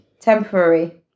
temporary